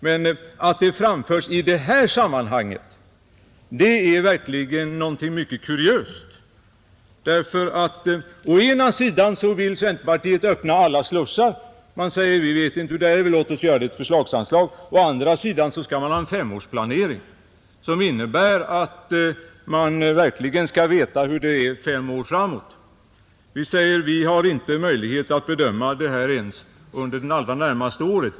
Men att det framförs i detta sammanhang är verkligen någonting mycket kuriöst därför att å ena sidan vill centerpartiet öppna alla slussar — man säger att vi vet inte hur det slår, men låt oss göra det till ett förslagsanslag — och å andra sidan vill man ha en femårsplanering som innebär att man verkligen skall veta hur det är fem år framåt. Vi säger att vi har inte möjligheter att bedöma detta ens under det allra närmaste året.